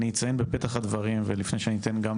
אני אציין בפתח הדברים ולפני שאני אתן גם